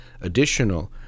additional